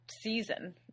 season